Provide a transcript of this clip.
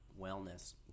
wellness